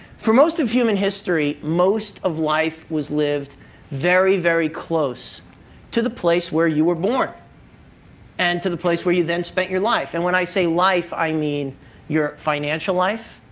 for most of human history, most of life was lived very, very close to the place where you were born and to the place where you then spent your life. and when i say life, i mean your financial life.